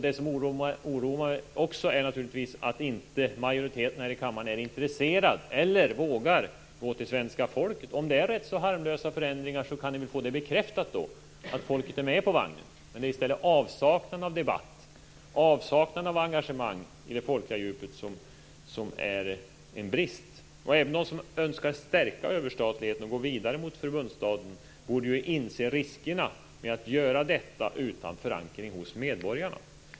Det som också oroar mig är naturligtvis att majoriteten här i kammaren inte är intresserad av, eller inte har modet, att gå till svenska folket. Om det är rätt så harmlösa förändringar kan ni väl få bekräftat att folket är med på vagnen. I stället har vi en avsaknad av debatt och en avsaknad av engagemang i det folkliga djupet som är en brist. Även de som önskar stärka överstatligheten och gå vidare mot en förbundsstat borde ju inse riskerna med att göra detta utan förankring hos medborgarna.